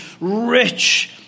rich